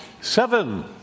seven